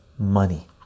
money